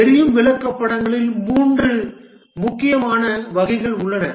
எரியும் விளக்கப்படங்களில் 3 முக்கியமான வகைகள் உள்ளன